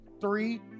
three